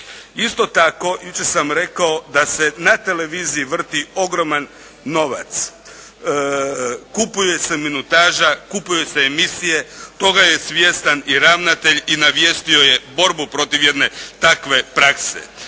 Isto tako jučer sam rekao da se na televiziji vrti ogroman novac. Kupuje se minutaža, kupuju se emisije. Toga je svjestan i ravnatelj i navijestio je borbu protiv jedne takve prakse.